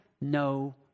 no